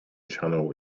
channel